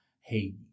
hey